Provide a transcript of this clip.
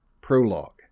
Prologue